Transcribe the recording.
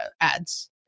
ads